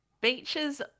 Beaches